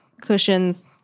cushions